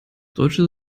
deutsche